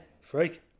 freak